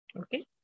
Okay